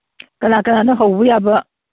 ꯀꯅꯥ ꯀꯅꯥꯅꯣ ꯍꯧꯕ ꯌꯥꯕ